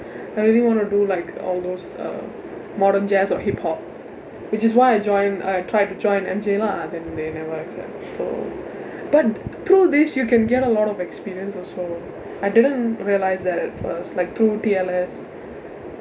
I really want to do like all those um modern jazz or hip hop which is why I join I tried to join M J lah then they never accept so but through this you can get a lot of experience also I didn't realize that so I was like through T_L_S